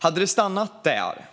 Hade det stannat där